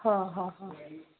हा हा हा